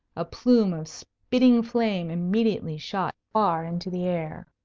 a plume of spitting flame immediately shot far into the air.